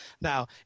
Now